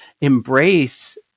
embrace